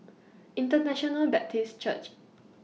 International Baptist Church